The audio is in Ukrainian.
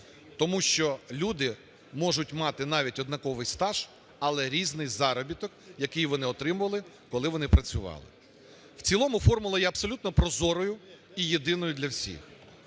Тому що люди можуть мати навіть однаковий стаж, але різний заробіток, який вони отримували, коли вони працювали. В цілому формула є абсолютно прозорою і єдиною для всіх.